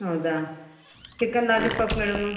ಹೌದಾ chicken lollipop madam